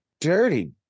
dirty